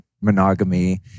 monogamy